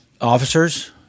Officers